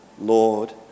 Lord